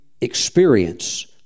experience